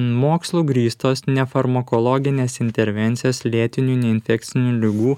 mokslu grįstos nefarmakologinės intervencijos lėtinių neinfekcinių ligų